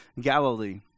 Galilee